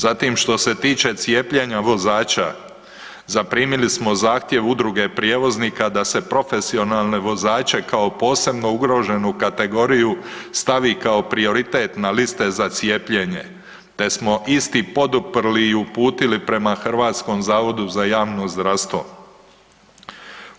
Zatim, što se tiče cijepljenja vozača, zaprimili smo zahtjev Udruge prijevoznika da se profesionalne vozače kao posebno ugroženu kategoriju stavi kao prioritet na liste za cijepljenje te smo isti poduprli i uputili prema HZJZ-u.